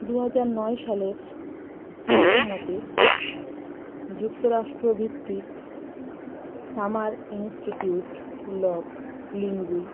দু হাজার নয় সালের হিসাব মতে যুক্তরাষ্ট্র ভিত্তিক সামার ইনিস্টিটিউট অফ লিঙ্গুই